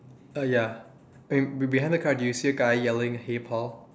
uh ya be~ behind the car do you see a guy yelling hey Paul